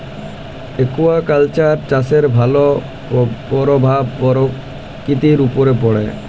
aquaculture চাষের ভালো পরভাব পরকিতির উপরে পড়ে